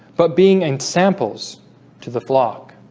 but being examples to the flock